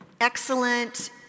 excellent